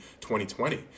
2020